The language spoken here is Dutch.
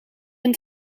hun